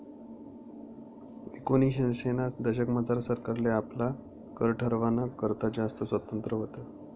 एकोनिसशेना दशकमझार सरकारले आपला कर ठरावाना करता जास्त स्वातंत्र्य व्हतं